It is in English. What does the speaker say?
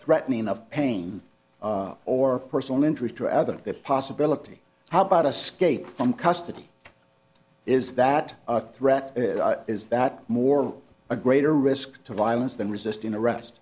threatening of pain or personal injury to other possibility how about a scape from custody is that a threat is that more of a greater risk to violence than resisting arrest